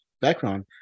background